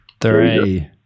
Three